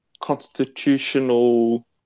constitutional